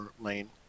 lane